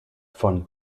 von